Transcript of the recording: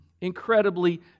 incredibly